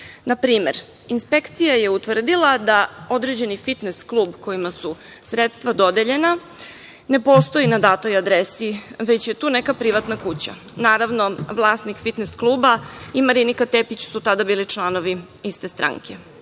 primer, inspekcija je utvrdila da određeni fitnes klub, kojem su sredstva dodeljena, ne postoji na datoj adresi, već je tu neka privatna kuća. Naravno, vlasnik fitnes kluba i Marinika Tepić su tada bili članovi iste stranke.